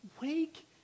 wake